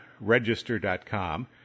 Register.com